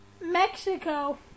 Mexico